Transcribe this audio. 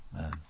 Man